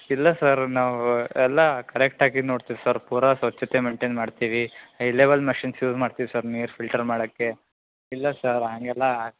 ಇಲ್ಲ ಸರ್ ನಾವು ಎಲ್ಲ ಕರೆಕ್ಟಾಗಿ ನೋಡ್ತೀವಿ ಸರ್ ಪೂರ ಸ್ವಚ್ಛತೆ ಮೇಂಟೇನ್ ಮಾಡ್ತೀವಿ ಹೈ ಲೆವೆಲ್ ಮೆಷಿನ್ಸ್ ಯೂಸ್ ಮಾಡ್ತೀವಿ ಸರ್ ನೀರು ಫಿಲ್ಟರ್ ಮಾಡೋಕ್ಕೆ ಇಲ್ಲ ಸರ್ ಹಾಗೆಲ್ಲ